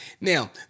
Now